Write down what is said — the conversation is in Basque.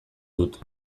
dut